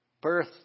Birth